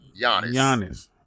Giannis